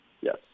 yes